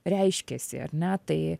reiškiasi ar ne tai